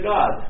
God